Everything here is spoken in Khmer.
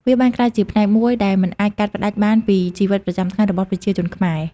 វាបានក្លាយជាផ្នែកមួយដែលមិនអាចកាត់ផ្តាច់បានពីជីវិតប្រចាំថ្ងៃរបស់ប្រជាជនខ្មែរ។